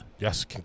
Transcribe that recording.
Yes